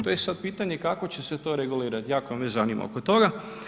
To je sad pitanje kako će se to regulirati, jako me zanima oko toga.